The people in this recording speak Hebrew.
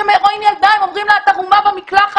הם רואים ילדה, הם אומרים לה, את ערומה במקלחת,